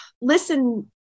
listen